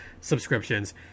subscriptions